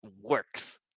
works